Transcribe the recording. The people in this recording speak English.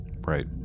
Right